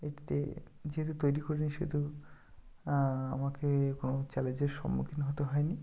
এতে যেটা তৈরি করিনি সেতো আমাকে কোনো চ্যালেঞ্জের সম্মুখীন হতে হয়নি